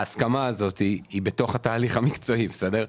ההסכמה הזאת היא בתוך התהליך המקצועי בסדר?